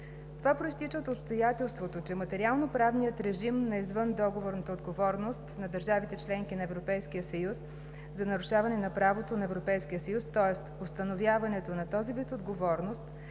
Това произтича от обстоятелството, че материалноправният режим на извъндоговорната отговорност на държавите членки на Европейския съюз за нарушаване правото на Европейския съюз, тоест установяването на този вид отговорност,